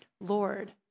Lord